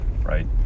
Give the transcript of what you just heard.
Right